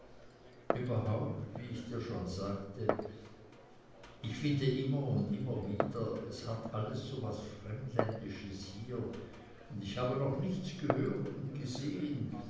überhaupt wie ich dir schon sagte ich finde immer wieder und wieder es hat alles so was fremdländisches hier und ich habe noch nichts gehört und gesehen